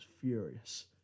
furious